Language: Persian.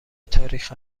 تاریخ